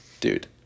Dude